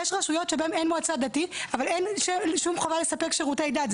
יש רשויות שבהן אין מועצה דתית אבל אין שום חובה לספק שום שירותי דת,